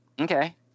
Okay